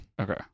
okay